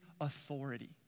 authority